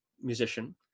musician